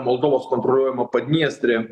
moldovos kontroliuojama padniestrė